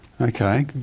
Okay